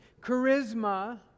charisma